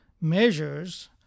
measures